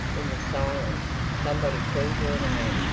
in the silence, somebody called your name,